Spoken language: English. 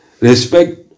respect